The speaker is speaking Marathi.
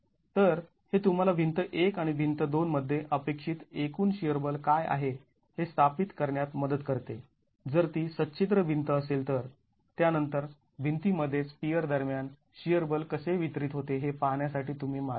तर हे तुम्हाला भिंत १ आणि भिंत २ मध्ये अपेक्षित एकूण शिअर बल काय आहे हे स्थापित करण्यात मदत करते जर ती सच्छिद्र भिंत असेल तर त्यानंतर भिंती मध्येच पियर दरम्यान शिअर बल कसे वितरित होते हे पाहण्यासाठी तुम्ही मागे जा